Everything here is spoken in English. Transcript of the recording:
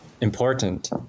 important